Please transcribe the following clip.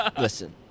Listen